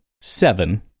seven